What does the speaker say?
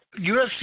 UFC